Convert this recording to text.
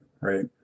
right